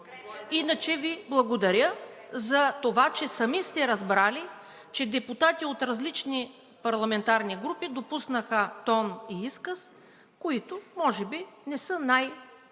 Иначе Ви благодаря затова, че сами сте разбрали, че депутати от различни парламентарни групи допуснаха тон и изказ, които може би не са най-остроумни,